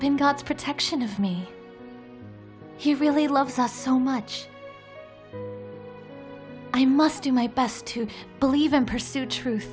been god's protection of me he really loves us so much i must do my best to believe in pursuit truth